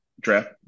Draft